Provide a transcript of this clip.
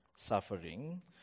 suffering